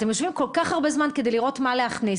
אתם יושבים כל כך הרבה זמן כדי לראות מה להכניס.